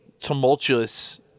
tumultuous